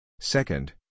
Second